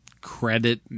credit